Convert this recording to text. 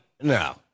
no